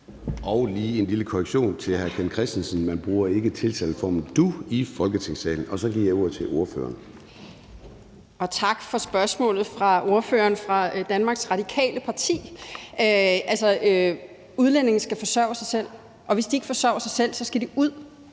har lige en lille korrektion til hr. Ken Kristensen: Man bruger ikke tiltaleformen »du« i Folketingssalen. Så giver jeg ordet til ordføreren. Kl. 10:41 Mette Thiesen (DF): Tak for spørgsmålet fra ordføreren for Danmarks radikale parti . Altså, udlændinge skal forsørge sig selv, og hvis de ikke forsørger sig selv, skal de ud.